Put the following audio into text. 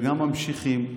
וגם ממשיכים.